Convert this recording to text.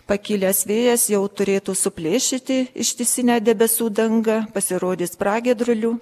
pakilęs vėjas jau turėtų suplėšyti ištisinę debesų dangą pasirodys pragiedrulių